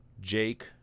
Jake